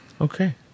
Okay